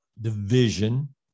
division